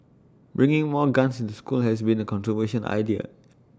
bringing more guns into school has been A controversial idea